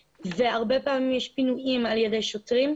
הרבה פעמים יש פינויים על ידי שוטרים.